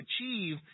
achieve